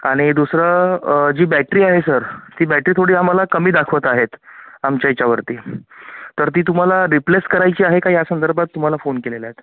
आणि दुसरं जी बॅटरी आहे सर ती बॅटरी थोडी आम्हाला कमी दाखवत आहेत आमच्या याच्यावरती तर ती तुम्हाला रिप्लेस करायची आहे का या संदर्भात तुम्हाला फोन केलेला आहेत